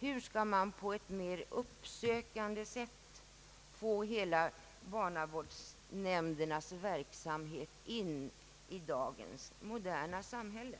Hur skall man på ett mer uppsökande sätt få in barnavårdsnämndernas hela verksamhet i dagens moderna samhälle?